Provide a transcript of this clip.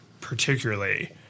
particularly